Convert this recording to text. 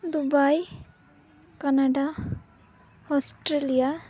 Dubai Canada Australia